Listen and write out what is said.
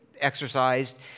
exercised